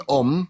om